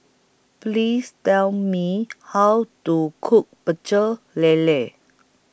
Please Tell Me How to Cook Pecel Lele